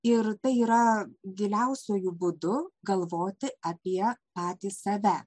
ir tai yra giliausiuoju būdu galvoti apie patį save